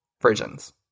Versions